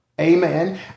Amen